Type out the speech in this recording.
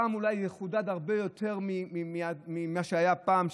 הפעם זה אולי יחודד הרבה יותר ממה שהיה פעם,